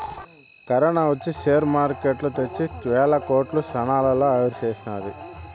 corona ఒచ్చి share market తెచ్చే వేల కోట్లు క్షణాల్లో ఆవిరిసేసినాది